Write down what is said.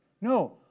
No